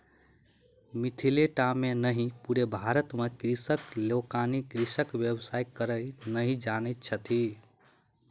मिथिले टा मे नहि पूरे भारत मे कृषक लोकनि कृषिक व्यवसाय करय नहि जानैत छथि